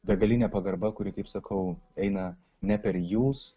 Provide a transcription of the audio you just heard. begalinė pagarba kuri kaip sakau eina ne per jūs